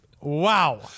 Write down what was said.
Wow